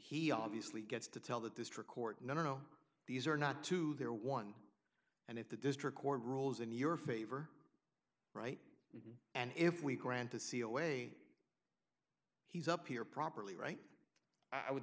he obviously gets to tell the district court no no these are not two they're one and if the district court rules in your favor right and if we grant the c e o way he's up here properly right i would